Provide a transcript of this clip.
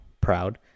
proud